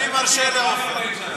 אני מרשה לעפר.